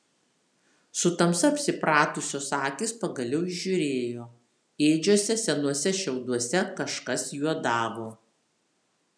su tamsa apsipratusios akys pagaliau įžiūrėjo ėdžiose senuose šiauduose kažkas juodavo